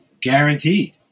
guaranteed